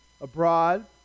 abroad